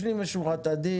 לפנים משורת הדין.